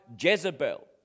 Jezebel